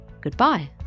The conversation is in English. goodbye